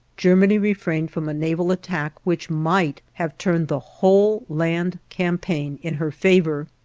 germany refrained from a naval attack which might have turned the whole land campaign in her favor.